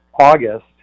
August